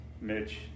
Mitch